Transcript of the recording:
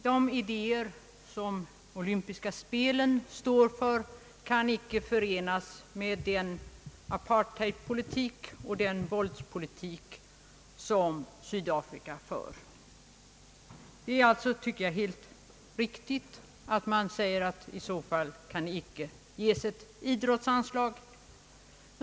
De idéer som olympiska spelen representerar kan icke förenas med apartheidpolitiken och den våldspolitik som Sydafrika för. Det är således riktigt att under sådana förhållanden icke ge något anslag.